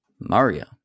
Mario